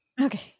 Okay